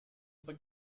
for